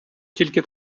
тільки